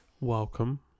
welcome